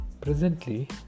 Presently